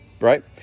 right